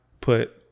put